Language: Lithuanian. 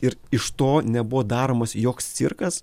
ir iš to nebuvo daromas joks cirkas